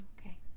Okay